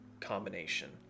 combination